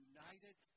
United